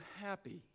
happy